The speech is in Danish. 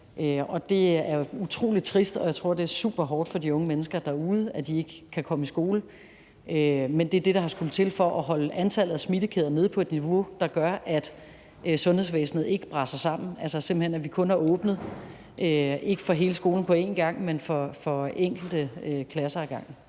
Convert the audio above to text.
Det er utrolig trist, og jeg tror, at det er super hårdt for de unge mennesker derude, at de ikke kan komme i skole; men det er det, der har skullet til for at holde antallet af smittekæder nede på et niveau, der gør, at sundhedsvæsenet ikke braser sammen. Altså simpelt hen at vi ikke har åbnet for hele skolen på en gang, men for enkelte klasser ad gangen.